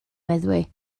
meddwi